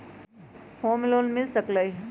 Home loan मिल सकलइ ह?